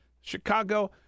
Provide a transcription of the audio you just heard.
Chicago